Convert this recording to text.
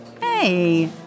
Hey